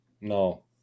No